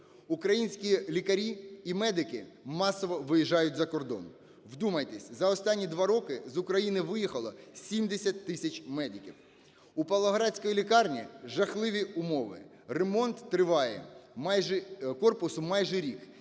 Українські лікарі і медики масово виїжджають за кордон. Вдумайтесь: за останні два роки з України виїхало 70 тисяч медиків. Упавлоградської лікарні жахливі умови: ремонт триває майже…